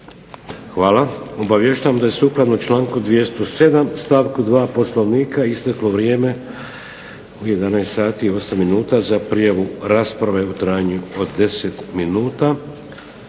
Hvala. Obavještavam da je sukladno članku 207. stavku 2. Poslovnika isteklo vrijeme u 11,08 za prijavu rasprave u trajanju od 10 minuta.